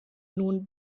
nun